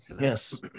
Yes